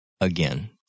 again